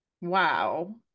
Wow